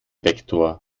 vektor